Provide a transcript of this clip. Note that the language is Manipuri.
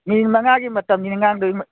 ꯃꯤꯅꯤꯠ ꯃꯉꯥꯒꯤ ꯃꯇꯝꯅꯤ ꯉꯥꯡꯗꯣꯏ